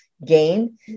Gain